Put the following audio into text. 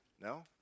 No